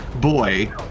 boy